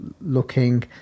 looking